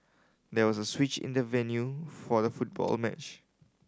there was a switch in the venue for the football match